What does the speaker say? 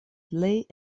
plej